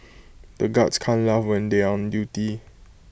the guards can't laugh when they are on duty